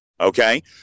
Okay